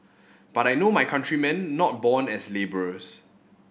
but I know my countrymen not born as labourers